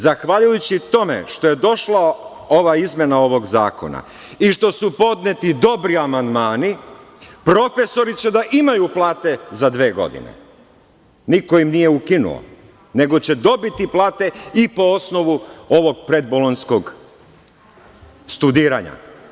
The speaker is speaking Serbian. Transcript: Zahvaljujući tome što je došla ova izmena ovog zakona i što su podneti dobri amandmani profesori će da imaju plate za dve godine, niko im nije ukinuo, nego će dobiti plate i po osnovu ovog pred bolonjskog studiranja.